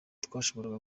twashoboraga